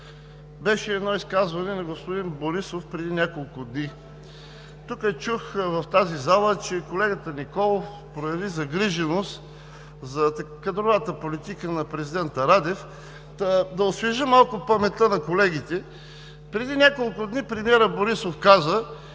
беше едно изказване на господин Борисов преди няколко дни. Тук чух, в тази зала, че колегата Николов прояви загриженост за кадровата политика на президента Радев, та да освежа малко паметта на колегите. Преди няколко дни премиерът Борисов каза,